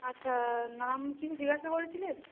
আচ্ছা নাম কিছু জিজ্ঞাসা করেছিলেন